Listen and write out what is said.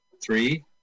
three